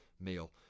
meal